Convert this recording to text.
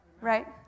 Right